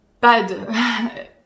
Bad